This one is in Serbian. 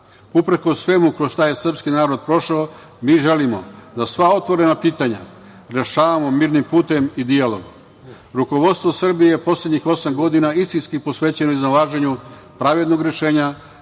san. Uprkos svemu kroz šta je srpski narod prošao, mi želimo da sva otvorena pitanja rešavamo mirnim putem i dijalogom. Rukovodstvo Srbije je poslednjih osam godina istinski posvećeno iznalaženju pravednog rešenja.